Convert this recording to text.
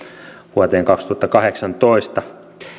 vuoteen kaksituhattakahdeksantoista